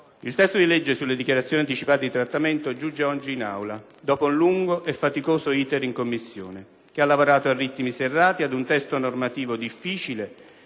Il testo di legge sulle dichiarazioni anticipate di trattamento giunge oggi in Aula, dopo un lungo e faticoso *iter* in Commissione, che ha lavorato a ritmi serrati ad un testo normativo difficile,